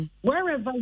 Wherever